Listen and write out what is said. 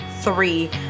three